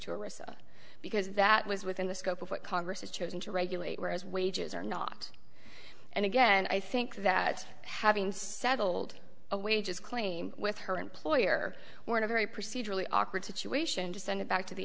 recession because that was within the scope of what congress has chosen to regulate whereas wages are not and again i think that having settled a wages claim with her employer we're in a very procedurally awkward situation to send it back to the